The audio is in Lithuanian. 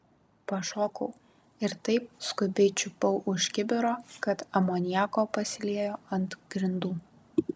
pašokau ir taip skubiai čiupau už kibiro kad amoniako pasiliejo ant grindų